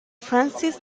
francis